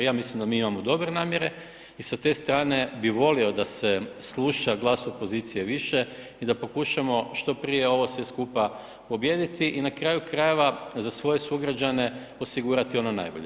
Ja mislim da mi imamo dobre namjere i sa te strane bi volio da se sluša glas opozicije više i da pokušamo što prije ovo sve skupa pobijediti i na kraju krajeva, za svoje sugrađane osigurati ono najbolje.